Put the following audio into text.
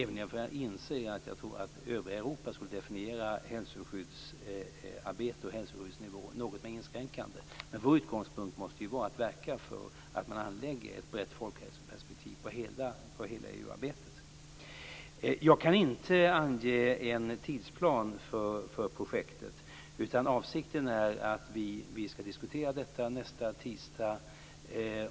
Men jag inser att övriga Europa skulle definiera hälsoskyddsarbete och hälsoskyddsnivå något mer inskränkande. Vår utgångspunkt måste ju vara att verka för att man anlägger ett brett folkhälsoperspektiv på hela EU-arbetet. Jag kan inte ange en tidsplan för projektet. Avsikten är att vi skall diskutera detta nästa tisdag.